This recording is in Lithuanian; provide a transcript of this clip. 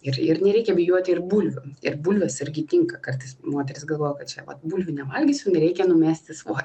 ir ir nereikia bijoti ir bulvių ir bulvės irgi tinka kartais moterys galvoja kad čia vat bulvių nevalgysiu reikia numesti svorį